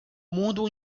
mundo